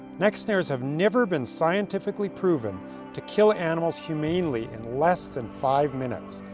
neck snares have never been scientifically proven to kill animals humanely in less than five minutes.